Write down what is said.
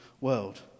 world